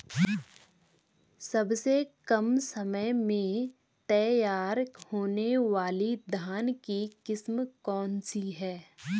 सबसे कम समय में तैयार होने वाली धान की किस्म कौन सी है?